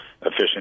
efficient